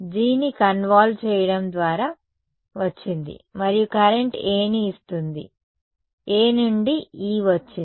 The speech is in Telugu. G ని కన్వాల్వ్ చేయడం ద్వారా వచ్చింది మరియు కరెంట్ A ని ఇస్తుంది A నుండి E వచ్చింది